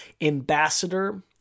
ambassador